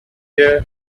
years